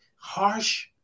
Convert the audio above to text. Harsh